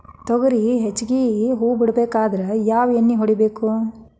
ತೊಗರಿ ಹೆಚ್ಚಿಗಿ ಹೂವ ಬಿಡಬೇಕಾದ್ರ ಯಾವ ಎಣ್ಣಿ ಹೊಡಿಬೇಕು?